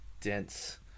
dense